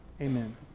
Amen